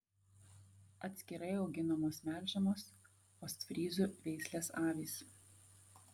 atskirai auginamos melžiamos ostfryzų veislės avys